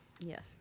yes